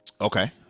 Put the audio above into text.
Okay